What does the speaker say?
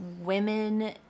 women